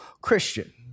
Christian